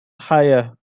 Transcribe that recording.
higher